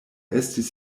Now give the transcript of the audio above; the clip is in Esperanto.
estis